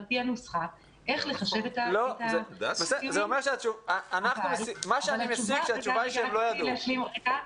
פי הנוסחה איך לחשב את הציונים --- אני מבין שהם לא ידעו.